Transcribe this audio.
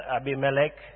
Abimelech